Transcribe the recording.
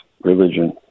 religion